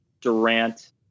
Durant